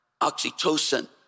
Oxytocin